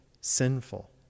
sinful